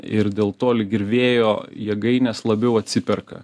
ir dėl to lyg ir vėjo jėgainės labiau atsiperka